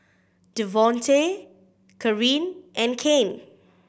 Devonte Kareen and Kane